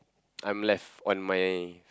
I'm left on my